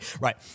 right